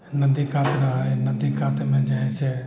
नदी कात रहै नदी कातमे जे हइ से